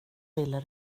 ville